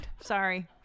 Sorry